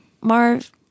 marv